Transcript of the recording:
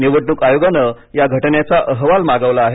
निवडणूक आयोगानं या घटनेचा अहवाल मागवला आहे